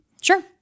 Sure